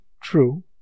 true